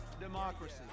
democracy